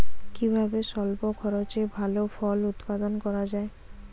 কিভাবে স্বল্প খরচে ভালো ফল উৎপাদন করা যায়?